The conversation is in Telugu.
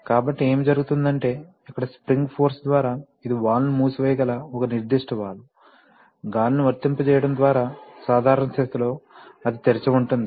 కాబట్టి ఏమి జరుగుతుందంటే ఇక్కడ స్ప్రింగ్ ఫోర్స్ ద్వారా ఇది వాల్వ్ను మూసివేయగల ఒక నిర్దిష్ట వాల్వ్ గాలిని వర్తింపజేయడం ద్వారా సాధారణ స్థితిలో అది తెరిచి ఉంటుంది